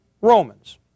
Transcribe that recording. Romans